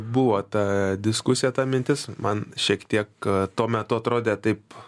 buvo ta diskusija ta mintis man šiek tiek tuo metu atrodė taip